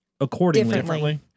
accordingly